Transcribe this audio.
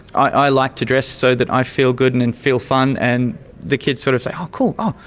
i like to dress so that i feel good and and feel fun and the kids sort of say, oh cool,